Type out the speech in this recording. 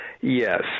Yes